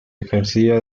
ejercía